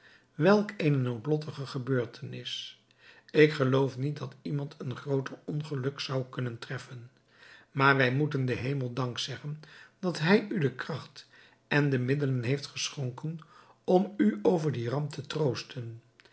welk eene noodlottige gebeurtenis ik geloof niet dat iemand een grooter ongeluk zou kunnen treffen maar wij moeten den hemel dankzeggen dat hij u de kracht en de middelen heeft geschonken om u over dien ramp te troosten